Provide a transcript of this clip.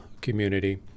community